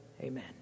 Amen